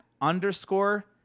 underscore